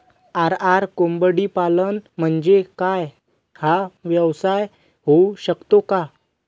RR कोंबडीपालन म्हणजे काय? हा व्यवसाय होऊ शकतो का?